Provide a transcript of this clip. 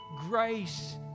grace